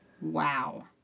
Wow